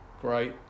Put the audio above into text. great